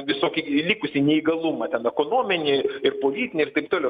visokį likusį neįgalumą ten ekonominį ir politinį ir taip toliau